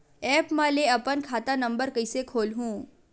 App म ले अपन खाता नम्बर कइसे खोलहु?